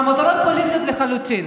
המטרות פוליטיות לחלוטין.